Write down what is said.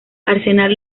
arsenal